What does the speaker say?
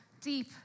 deep